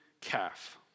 calf